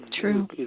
true